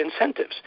incentives